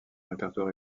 répertoire